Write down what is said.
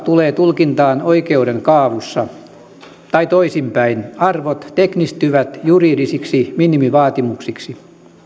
tulee tulkintaan oikeuden kaavussa tai toisinpäin arvot teknistyvät juridisiksi minimivaatimuksiksi